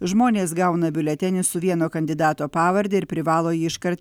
žmonės gauna biuletenį su vieno kandidato pavarde ir privalo jį iškart